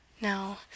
now